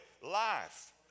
life